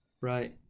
Right